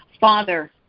Father